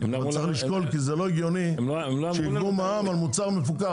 כי זה לא הגיוני שיגבו מע"מ על מוצר מפוקח,